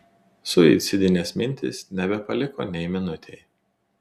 suicidinės mintys nebepaliko nei minutei